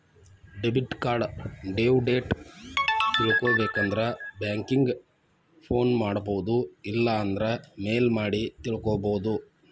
debit card due date ತಿಳ್ಕೊಬೇಕಂದ್ರ banking phone ಮಾಡೊಬೋದು ಇಲ್ಲಾಂದ್ರ ಮೇಲ್ ಮಾಡಿ ತಿಳ್ಕೋಬೋದು